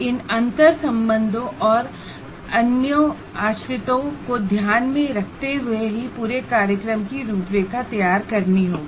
इन अंतर्संबंधों और अन्योन्याश्रितताओं को ध्यान में रखते हुए पूरे प्रोग्राम की रूपरेखा तैयार करनी होगी